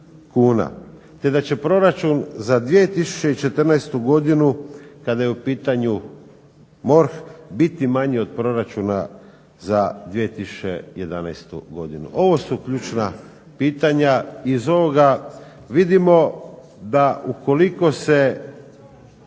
Te da će proračun za 2014. godinu kada je u pitanju MORH biti manji od proračuna za 2011. godinu. Ovo su ključna pitanja. Iz ovoga vidimo da ukoliko se